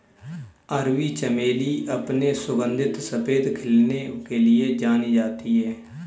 अरबी चमेली अपने सुगंधित सफेद खिलने के लिए जानी जाती है